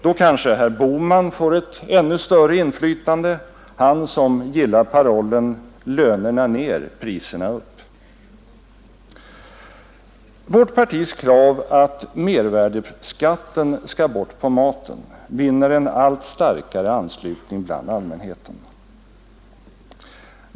Då kanske herr Bohman får ett ännu större inflytande, han som gillar parollen lönerna ner, priserna upp. Vårt partis krav att mervärdeskatten skall bort på maten vinner en allt starkare anslutning bland allmänheten.